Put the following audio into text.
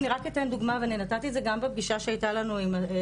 אני רק אתן דוגמא ואני נתתי את זה גם בפגישה שהייתה לנו במשרד.